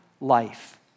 life